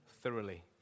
thoroughly